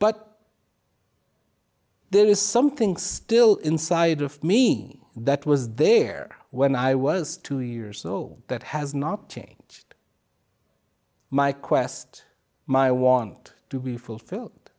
but there is something still inside of me that was there when i was two years old that has not changed my quest my want to be fulfilled